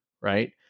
right